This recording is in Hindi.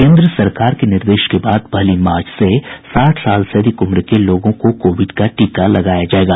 केन्द्र सरकार के निर्देश के बाद पहली मार्च से साठ साल से अधिक उम्र के लोगों को कोविड का टीका लगाया जायेगा